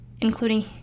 including